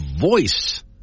voice